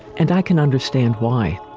and i can understand why.